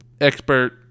Expert